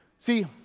See